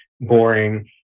boring